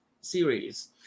series